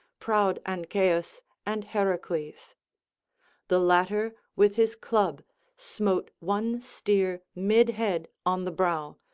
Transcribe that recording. proud ancaeus and heracles. the latter with his club smote one steer mid-head on the brow,